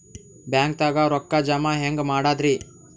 ಬ್ಯಾಂಕ್ದಾಗ ರೊಕ್ಕ ಜಮ ಹೆಂಗ್ ಮಾಡದ್ರಿ?